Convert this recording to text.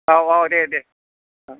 औ औ दे दे